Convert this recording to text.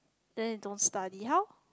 then they don't study how